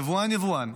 יבואן-יבואן,